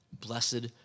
Blessed